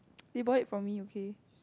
they bought it from me okay